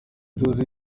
tuzi